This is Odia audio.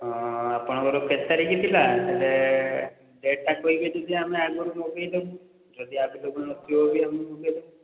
ହଁ ଆପଣଙ୍କର କେତେ ତାରିଖ ଥିଲା ଡେ ଡେଟଟା କହିବେ ଯଦି ଆମେ ଆଗରୁ ମଗାଇ ଦେବୁ ଯଦି ଆଭେଲେବଲ୍ ନ ଥିବ ବୋଲେ ଆମେ ମଗାଇ ଦେବୁ